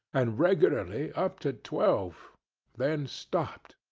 and regularly up to twelve then stopped.